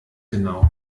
genau